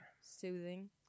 Soothing